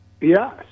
Yes